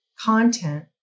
content